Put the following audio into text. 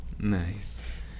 nice